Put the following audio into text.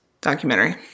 documentary